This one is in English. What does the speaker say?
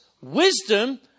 wisdom